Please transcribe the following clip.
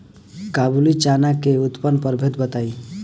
काबुली चना के उन्नत प्रभेद बताई?